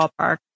ballpark